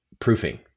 proofing